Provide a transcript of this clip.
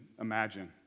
imagine